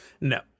No